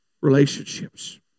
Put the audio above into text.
Relationships